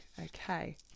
okay